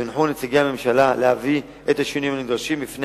יונחו נציגי הממשלה להביא את השינויים הנדרשים בפני